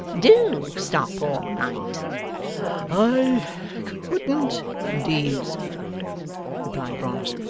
do stop all night i couldn't indeed, sir replied brass,